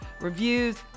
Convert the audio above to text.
Reviews